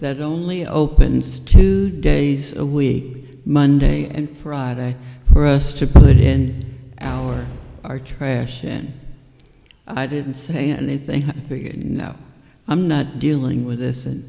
that only opens two days a week monday and friday for us to put in our our trash and i didn't say anything for you know i'm not dealing with this